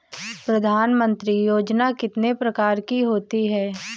प्रधानमंत्री योजना कितने प्रकार की होती है?